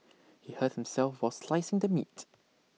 he hurt himself while slicing the meat